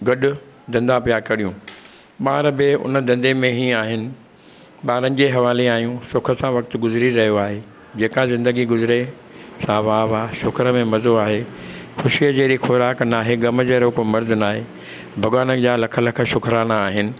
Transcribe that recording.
गॾु धंधा पिया करियूं ॿार बि हुन धंधे में ई आहिनि ॿारनि जे हवाले आहियूं सुख सां वक़्तु गुज़िरी रहियो आहे जेका ज़िंदगी गुज़िरे सा वाह वाह शुकुरि में मज़ो आहे ख़ुशीअ जहिड़ी ख़ोराक नाहे ग़म जहिड़ो को मर्ज़ु नाहे भॻवान जा लख लख शुकिराना आहिनि